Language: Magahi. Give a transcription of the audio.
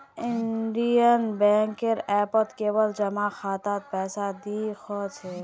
इंडियन बैंकेर ऐपत केवल जमा खातात पैसा दि ख छेक